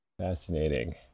fascinating